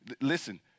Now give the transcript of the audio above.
Listen